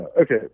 Okay